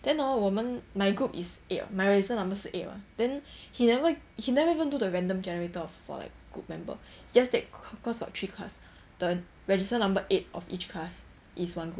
then hor 我们 my group is eight my register number 是 eight mah then he never he never even do the random generator of for like group member just take course got like three class the register number eight of each class is one group